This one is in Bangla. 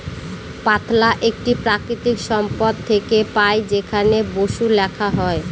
পাতলা একটি প্রাকৃতিক সম্পদ থেকে পাই যেখানে বসু লেখা হয়